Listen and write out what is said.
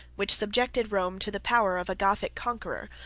which subjected rome to the power of a gothic conqueror,